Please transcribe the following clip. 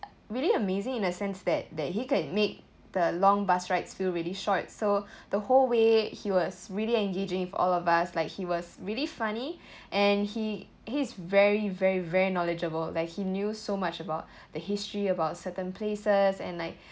really amazing in a sense that that he can make the long bus rides feel really short so the whole way he was really engaging with all of us like he was really funny and he he's very very very knowledgeable like he knew so much about the history about certain places and like